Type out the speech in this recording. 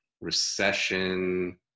recession